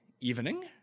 evening